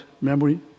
memory